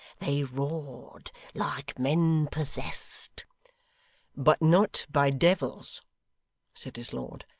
they roared like men possessed but not by devils said his lord.